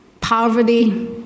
poverty